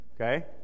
okay